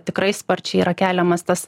tikrai sparčiai yra keliamas tas